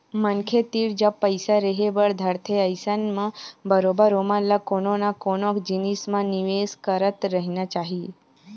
मनखे तीर जब पइसा रेहे बर धरथे अइसन म बरोबर ओमन ल कोनो न कोनो जिनिस म निवेस करत रहिना चाही